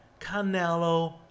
Canelo